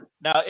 Now